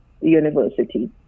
university